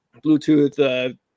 bluetooth